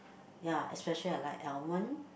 ya especially I like almond